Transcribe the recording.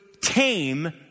tame